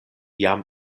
jam